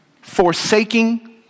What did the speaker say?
Forsaking